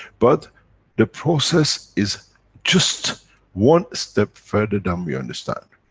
but the process is just one step further, than we understand.